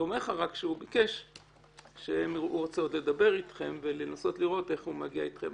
ואומר לך שהוא עוד רוצה לדבר אתכם ולנסות לראות איך הוא מגיע אתכם